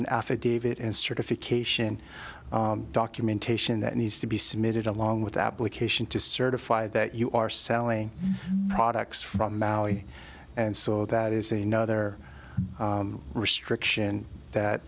affidavit in certification documentation that needs to be submitted along with the application to certify that you are selling products from maui and so that is another restriction that